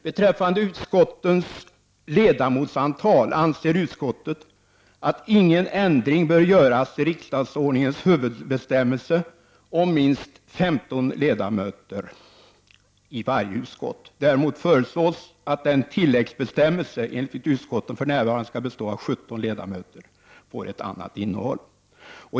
Beträffande utskottens ledamotsantal anser utskottsmajoriteten att ingen ändring bör göras i riksdagsordningens huvudbestämmelse om minst 15 ledamöter i varje utskott. Däremot föreslås att den tilläggsbestämmelse enligt vilken utskotten för närvarande skall bestå av 17 ledamöter ges ett annat innehåll.